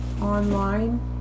online